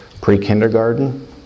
pre-kindergarten